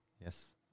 Yes